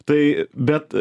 tai bet